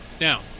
Now